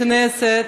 בכנסת.